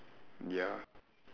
ya